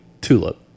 Tulip